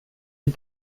die